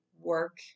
work